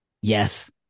yes